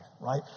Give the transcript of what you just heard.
right